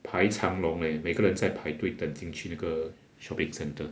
排长龙 leh 每个人在排队等进去那个 shopping centre